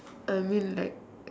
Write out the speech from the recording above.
I mean like